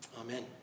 Amen